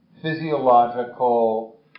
physiological